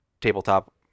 tabletop